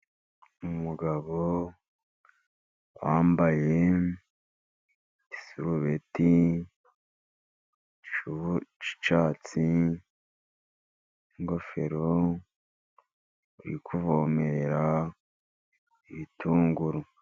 Umugabo wambaye isurubeti y'icyatsi n'ingofero uri kuvomerera ibitunguru.